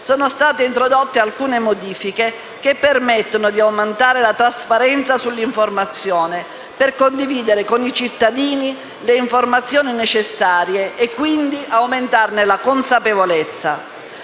sono state introdotte alcune modifiche che permettono di aumentare la trasparenza sull'informazione, per condividere con i cittadini le informazioni necessarie e quindi aumentarne la consapevolezza.